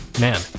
Man